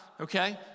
okay